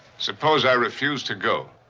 suppose i refuse to go?